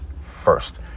first